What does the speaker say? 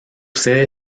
sede